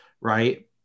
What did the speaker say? Right